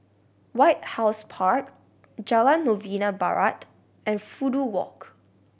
White House Park Jalan Novena Barat and Fudu Walk